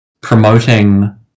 promoting